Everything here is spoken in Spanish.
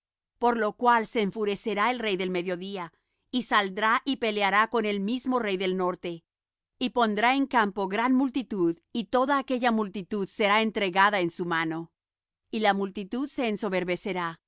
por lo cual se enfurecerá el rey del mediodía y saldrá y peleará con el mismo rey del norte y pondrá en campo gran multitud y toda aquella multitud será entregada en su mano y la multitud se ensoberbecerá